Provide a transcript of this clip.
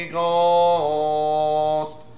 Ghost